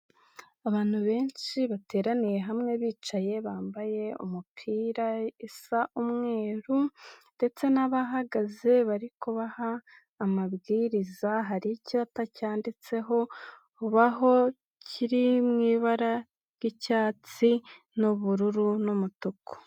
Abantu benshi bateraniye hamwe bicaye bambaye umupira isa umweru ndetse n'abahagaze bari kubaha amabwiriza, hari icyapa cyanditseho baho kiri mu ibara ry'icyatsi n'ubururu n'umutuku.